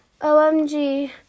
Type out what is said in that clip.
OMG